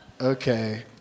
Okay